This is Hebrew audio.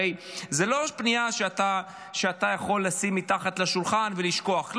הרי זו לא פנייה שאתה יכול לשים מתחת לשולחן ולשכוח.